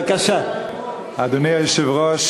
אדוני היושב-ראש,